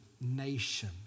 nation